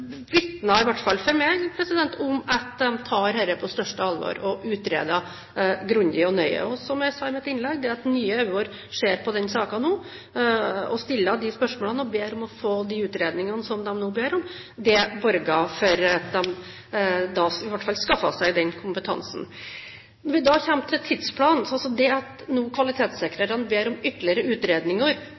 vitner, i hvert fall for meg, om at de tar dette på største alvor og utreder grundig og nøye. Som jeg sa i mitt innlegg: Det at nye øyne ser på denne saken nå, at de stiller spørsmål og ber om å få de utredningene de nå ber om, borger for at de i hvert fall skaffer seg den kompetansen. Til tidsplanen: Når kvalitetssikrerne ber om ytterligere utredninger,